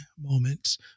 moments